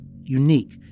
unique